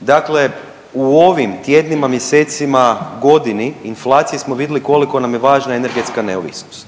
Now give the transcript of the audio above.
dakle u ovim tjednima, mjesecima, godini inflacije smo vidjeli koliko nam je važna energetska neovisnost.